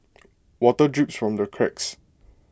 water drips from the cracks